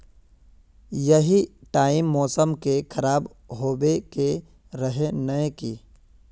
यही टाइम मौसम के खराब होबे के रहे नय की?